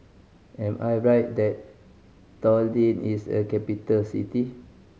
am I right that Tallinn is a capital city